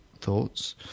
thoughts